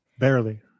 Barely